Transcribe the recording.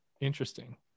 Interesting